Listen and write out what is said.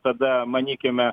tada manykime